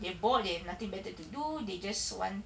they're bored they have nothing better to do they just want